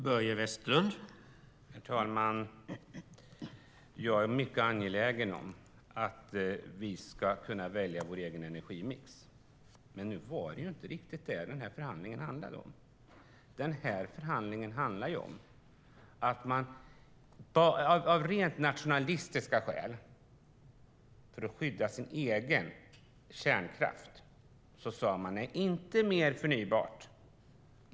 Herr talman! Jag är mycket angelägen om att vi ska kunna välja vår egen energimix. Men nu var det inte riktigt det förhandlingen handlade om. Den här förhandlingen handlade om att man av rent nationalistiska skäl och för att skydda sin egen kärnkraft sade: Nej, inte mer förnybart.